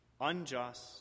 unjust